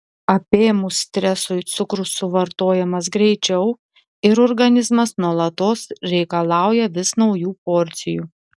apėmus stresui cukrus suvartojamas greičiau ir organizmas nuolatos reikalauja vis naujų porcijų